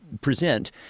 present